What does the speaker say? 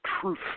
truth